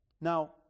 Now